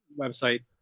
website